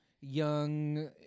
young